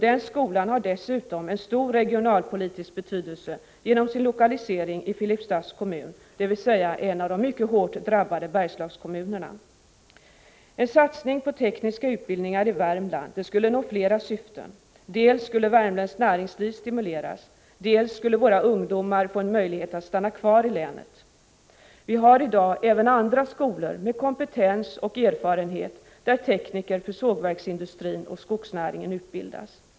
Bergsskolan har dessutom stor regionalpolitisk betydelse genom sin lokalisering i Filipstads kommun, dvs. en av de mycket hårt drabbade Bergslagskommunerna. En satsning på tekniska utbildningar i Värmland skulle nå flera syften, dels skulle värmländskt näringsliv stimuleras, dels skulle våra ungdomar få en möjlighet att stanna kvar i länet. Vi har i dag även andra skolor med kompetens och erfarenhet där tekniker för sågverksindustrin och skogsnäringen utbildas.